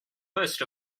list